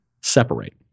separate